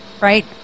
right